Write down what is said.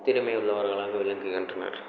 திறமை உள்ளவர்களாக விளங்குகின்றனர்